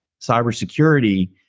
cybersecurity